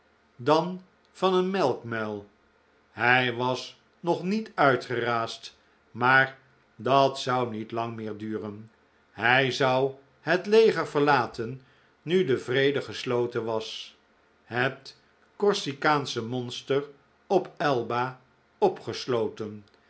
dan van een melkmuil hij was nog niet uitgeraasd maar dat zou niet lang meer duren hij zou het leger verlaten nu de vrede gesloten was het co'rsikaansche monster op elba opgesloten